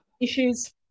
issues